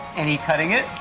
any cutting it?